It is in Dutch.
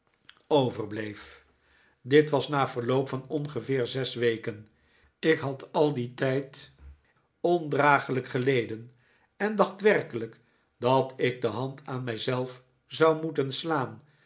overbleef dit was na verloop van ongeveer zes weken ik had al dien tijd ondraaglijk geleden en dacht werkelijk dat ik de hand aan mijzelf zou moeten slaan